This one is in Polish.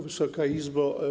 Wysoka Izbo!